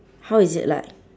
how is it like